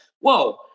whoa